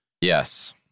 Yes